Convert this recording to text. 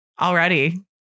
Already